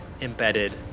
embedded